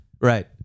right